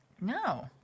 No